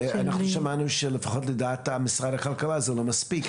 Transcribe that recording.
--- שמענו שלפחות לדעת משרד הכלכלה זה לא מספיק,